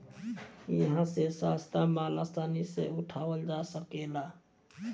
इहा से सस्ता माल आसानी से उठावल जा सकेला